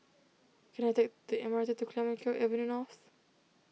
can I take the M R T to Clemenceau Avenue North